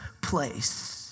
place